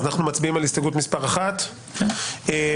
אנחנו מצביעים על הסתייגות מס' 1. מי